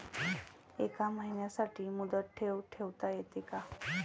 एका महिन्यासाठी मुदत ठेव ठेवता येते का?